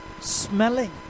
smelling